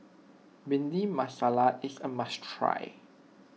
Bhindi Masala is a must try